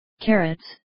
Carrots